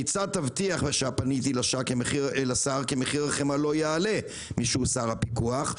כיצד תבטיח כי מחיר החמאה לא יעלה משהוסר הפיקוח?